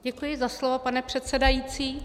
Děkuji za slovo, pane předsedající.